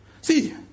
see